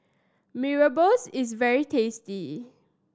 Mee Rebus is very tasty